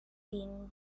din